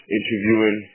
interviewing